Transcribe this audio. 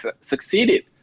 succeeded